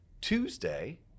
Tuesday